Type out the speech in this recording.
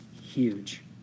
huge